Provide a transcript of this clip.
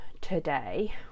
today